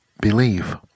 believe